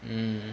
mm